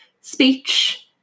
speech